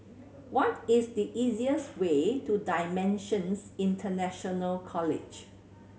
what is the easiest way to Dimensions International College